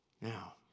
Now